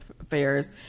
affairs